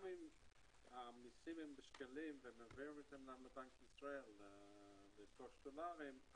גם אם המסים הם בשקלים ומעבירים אותם לבנק ישראל לרכוש דולרים,